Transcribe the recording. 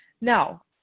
Now